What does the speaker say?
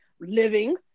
living